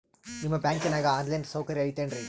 ನಿಮ್ಮ ಬ್ಯಾಂಕನಾಗ online ಸೌಕರ್ಯ ಐತೇನ್ರಿ?